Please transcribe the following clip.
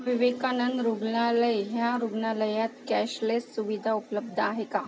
विवेकानंद रुग्णालय ह्या रुग्णालयात कॅशलेस सुविधा उपलब्ध आहे का